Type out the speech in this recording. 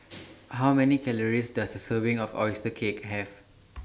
How Many Calories Does A Serving of Oyster Cake Have